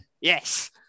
yes